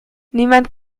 niemand